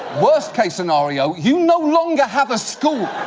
worst-case scenario you no longer have a school